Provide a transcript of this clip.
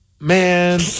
Man